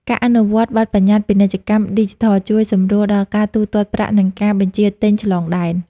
ការអនុវត្តបទបញ្ញត្តិពាណិជ្ជកម្មឌីជីថល ជួយសម្រួលដល់ការទូទាត់ប្រាក់ និងការបញ្ជាទិញឆ្លងដែន។